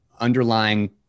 underlying